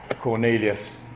Cornelius